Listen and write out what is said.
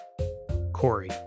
Corey